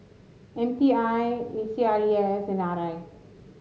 M T I A C R E S and R I